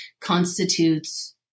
constitutes